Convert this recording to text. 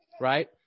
Right